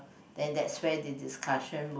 then that's where the discussion would